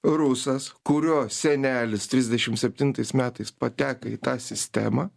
rusas kurio senelis trisdešim septintais metais pateko į tą sistemą